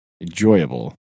enjoyable